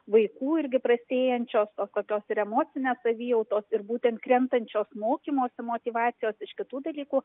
vaikų irgi prastėjančios o tokios ir emocinės savijautos ir būtent krentančios mokymosi motyvacijos iš kitų dalykų